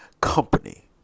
company